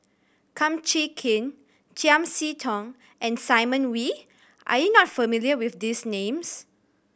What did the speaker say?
Kum Chee Kin Chiam See Tong and Simon Wee are you not familiar with these names